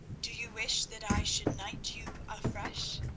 do you wish that i should knight you afresh?